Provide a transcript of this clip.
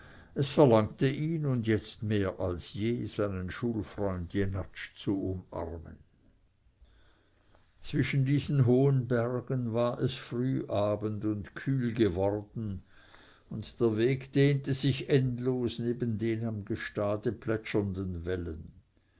es verlangte ihn und jetzt mehr als je seinen schulfreund jenatsch zu umarmen zwischen diesen hohen bergen war es früh abend und kühl geworden und der weg dehnte sich endlos neben den am gestade plätschernden wellen